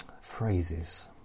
Phrases